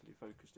focused